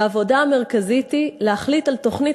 והעבודה המרכזית היא להחליט על תוכנית